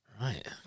Right